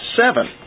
seven